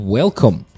welcome